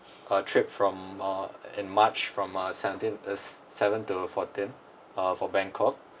a trip from uh in march from uh seventeen this seven to fourteen uh for bangkok